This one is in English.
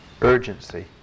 urgency